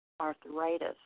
Arthritis